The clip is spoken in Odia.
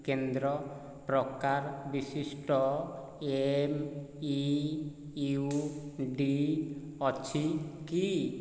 କେନ୍ଦ୍ର ପ୍ରକାର ବିଶିଷ୍ଟ ଏମ୍ ଇ ୟୁ ଡ଼ି ଅଛି କି